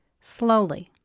Slowly